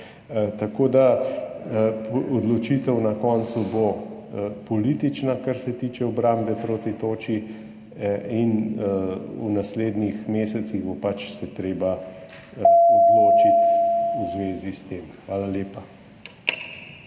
Tako da odločitev na koncu bo politična, kar se tiče obrambe proti toči, in v naslednjih mesecih se bo pač treba odločiti v zvezi s tem. Hvala lepa.